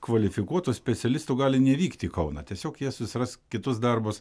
kvalifikuotų specialistų gali nevykti į kauną tiesiog jie susiras kitus darbus